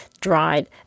dried